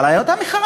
אבל הייתה מחאה,